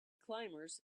climbers